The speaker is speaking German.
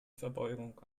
verbeugung